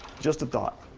just a thought.